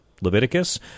Leviticus